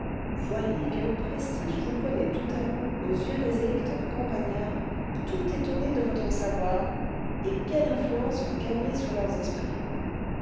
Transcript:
voyez quel prestige vous prenez tout à coup aux yeux des électeurs campagnards tout étonnés de votre savoir et quelle influence vous gagnez sur leurs esprits